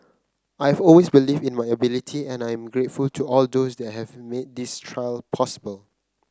I've always believed in my ability and I am grateful to all those that have made this trial possible